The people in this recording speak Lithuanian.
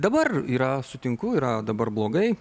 dabar yra sutinku yra dabar blogai